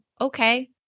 okay